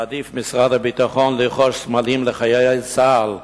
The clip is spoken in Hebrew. מעדיף משרד הביטחון לרכוש סמלים לחיילי צה"ל,